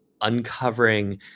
uncovering